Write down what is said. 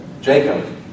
Jacob